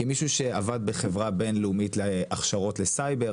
כמישהו שעבד בחברה בינלאומית להכשרות לסייבר,